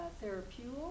therapeutic